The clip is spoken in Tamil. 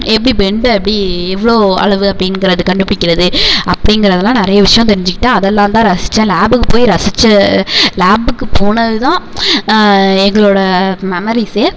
எப்படி பெண்டை எப்படி எவ்வளோ அளவு அப்படிங்கிறது கண்டுப்பிடிக்கிறது அப்படிங்கிறதலாம் நிறைய விஷயோம் தெரிஞ்சிக்கிட்டேன் அதெல்லாந்தான் ரசித்தேன் லேபுக்கு போய் ரசித்த லேபுக்கு போனதுதான் எங்களோடய மெமரிஸே